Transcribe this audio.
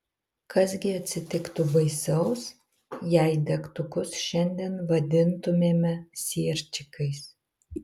kas gi atsitiktų baisaus jei degtukus šiandien vadintumėme sierčikais